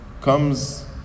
comes